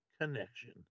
connection